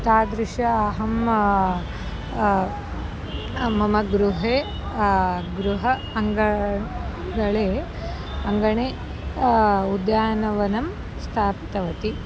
तादृशम् अहं मम गृहे गृह अङ्गाळ् गळे अङ्गणे उद्यानवनं स्थाप्तवती